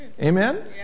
Amen